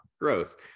gross